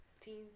teens